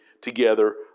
together